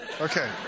Okay